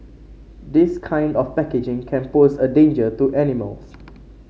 this kind of packaging can pose a danger to animals